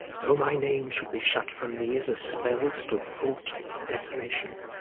though my name should be shut from thee, as a spell still fraughtwith desolation,